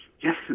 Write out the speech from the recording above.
yes